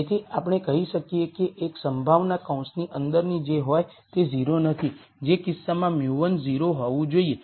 તેથી આપણે કહી શકીએ કે એક સંભાવના કૌંસની અંદરની જે હોય તે 0 નથી જે કિસ્સામાં μ1 0 હોવું જોઈએ